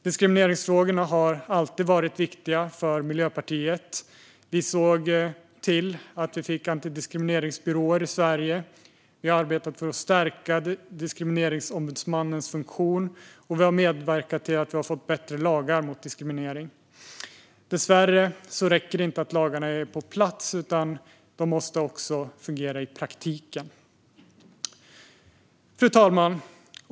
Diskrimineringsfrågorna har alltid varit viktiga för Miljöpartiet. Vi såg till att vi fick antidiskrimineringsbyråer i Sverige. Vi har arbetat för att stärka Diskrimineringsombudsmannens funktion, och vi har medverkat till att vi har fått bättre lagar mot diskriminering. Dessvärre räcker det inte att lagarna är på plats - de måste också fungera i praktiken. Fru talman!